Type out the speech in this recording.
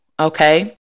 Okay